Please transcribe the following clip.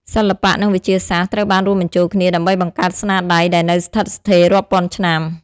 សិល្បៈនិងវិទ្យាសាស្ត្រត្រូវបានរួមបញ្ចូលគ្នាដើម្បីបង្កើតស្នាដៃដែលនៅស្ថិតស្ថេររាប់ពាន់ឆ្នាំ។